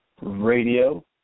Radio